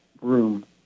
room